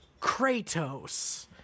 Kratos